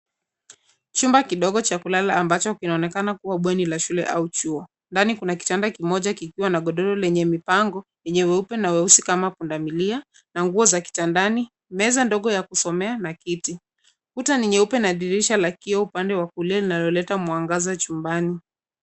Chumba kidogo cha kulala ambacho kinaonekana kuwa bweni la shule au chuo. Ndani kuna kitanda kimoja kikiwa na godoro lenye mipango yenye weupe na weusi kama pundamilia na nguo za kitandani, meza ndogo ya kusomea na kiti. Kuta ni nyeupe na dirisha la kioo upande wa kulia inayoleta mwangaza chumbani.